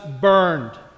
burned